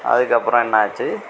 அதுக்கு அப்புறம் என்னாச்சு